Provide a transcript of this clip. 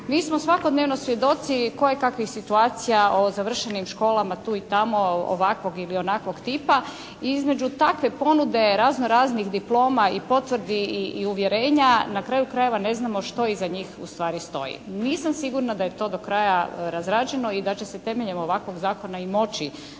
Mi smo svakodnevno svjedoci kojekakvih situacija o završenim školama tu i tamo, ovakvog ili onakvog tipa i između takve ponude raznoraznih diploma i potvrdi i uvjerenja, na kraju krajeva ne znamo što iza njih ustvari stoji. Nisam sigurna da je to do kraja razrađeno i da će se temeljem ovakvog Zakona i moći